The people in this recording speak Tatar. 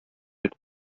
итеп